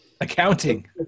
Accounting